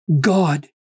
God